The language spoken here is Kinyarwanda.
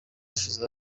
hashize